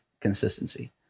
consistency